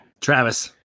travis